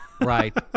Right